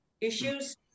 issues